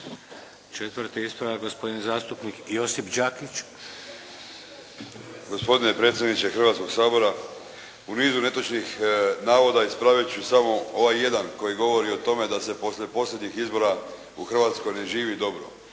Četvrti ispravak gospodin zastupnik Josip Đakić. **Đakić, Josip (HDZ)** Gospodine predsjedniče Hrvatskog sabora u nizu netočnih navoda ispravit ću samo ovaj jedan koji govori o tome da se poslije posljednjih izbora u Hrvatskoj ne živi dobro.